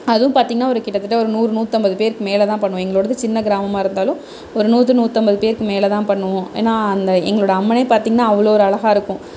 அதுவும் பார்த்திங்கன்னா ஒரு கிட்டதட்ட நூறு நூற்றைம்பது பேருக்கு மேல் தான் பண்ணுவோம் எங்களோடது சின்ன கிராமமாக இருந்தாலும் ஒரு நூறு நூற்றைம்பது பேருக்கு மேலதான் பண்ணுவோம் ஏன்னா அந்த எங்களோட அம்மன் பார்த்திங்ன்னா அவ்வளோ ஒரு அழகாக இருக்கும்